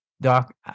doc